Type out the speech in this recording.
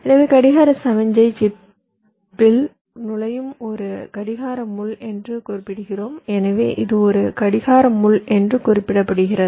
எனவே கடிகார சமிக்ஞை சிப்பில் நுழையும் ஒரு கடிகார முள் என்று குறிப்பிடுகிறோம் எனவே இது ஒரு கடிகார முள் என்று குறிப்பிடப்படுகிறது